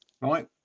right